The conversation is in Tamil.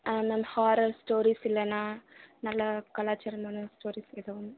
ஆ மேம் ஹாரர் ஸ்டோரீஸ் இல்லன்னா நல்லா கலாச்சாரமான ஸ்டோரீஸ் ஏதோ ஒன்று